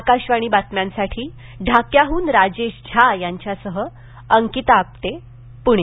आकाशवाणी बातम्यांसाठी ढाक्याहून राजेश झा यांच्यासह अंकिता आपटे पुणे